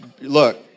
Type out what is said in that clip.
look